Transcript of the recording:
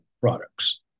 products